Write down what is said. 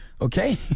Okay